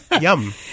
Yum